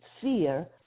fear